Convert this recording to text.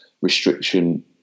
restriction